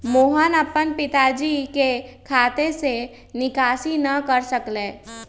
मोहन अपन पिताजी के खाते से निकासी न कर सक लय